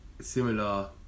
similar